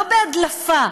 לא בהדלפה.